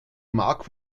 mark